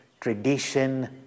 tradition